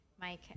Mike